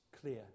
clear